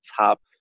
top